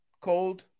Cold